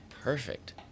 Perfect